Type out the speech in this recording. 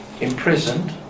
imprisoned